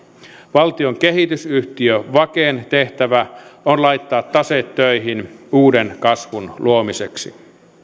valtion kehitysyhtiö vaken tehtävä on laittaa taseet töihin uuden kasvun luomiseksi